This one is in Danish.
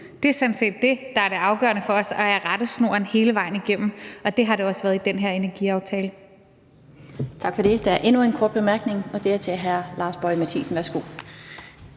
er det afgørende for os og er rettesnoren hele vejen igennem, og det har det også været i den her energiaftale.